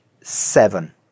seven